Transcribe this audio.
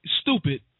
stupid